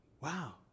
Wow